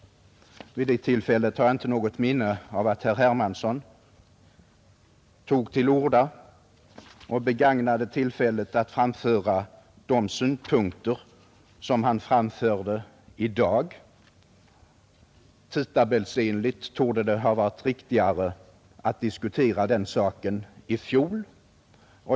Jag har inte något minne av att herr Hermansson vid det tillfället tog till orda och begagnade möjligheten att framföra de synpunkter, som han anfört i dag. Tidtabellsenligt torde det ha varit riktigare att diskutera den saken i fjol.